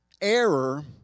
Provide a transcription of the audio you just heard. Error